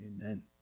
Amen